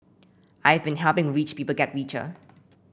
I'd been helping rich people get richer